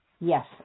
Yes